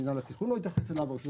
מינהל התכנון לא התייחס אליה ורשויות